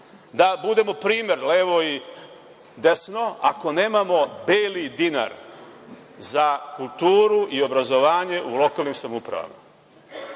da budemo primer levo i desno, ako nemamo beli dinar za kulturu i obrazovanje u lokalnim samoupravama?